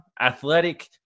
athletic